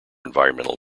environmental